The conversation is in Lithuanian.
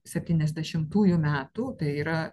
septyniasdešimtųjų metų tai yra